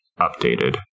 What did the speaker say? updated